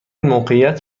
موقعیت